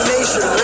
Nation